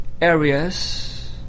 areas